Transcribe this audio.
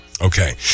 Okay